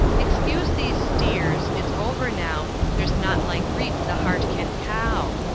excuse these steers. it's over now there's naught like grief the hart can cow.